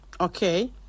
Okay